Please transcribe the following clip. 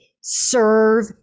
serve